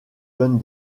donne